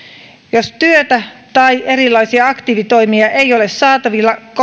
jos työtä tai erilaisia aktiivitoimia ei ole saatavilla